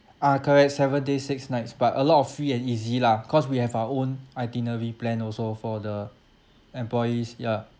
ah correct seven days six nights but a lot of free and easy lah cause we have our own itinerary plan also for the employees ya